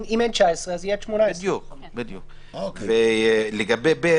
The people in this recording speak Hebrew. כלומר אם אין נתונים על 2019 אז יהיו נתונים על 2018. לגבי (ב)